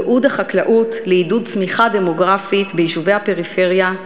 ייעוד החקלאות לעידוד צמיחה דמוגרפית ביישובי הפריפריה,